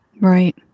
Right